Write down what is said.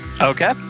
Okay